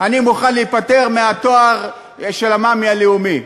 אני מוכן להיפטר מהתואר של "הממי הלאומי",